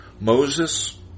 Moses